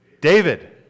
David